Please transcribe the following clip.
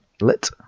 lit